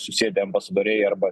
susėdę ambasadoriai arba